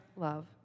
love